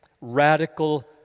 radical